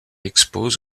expose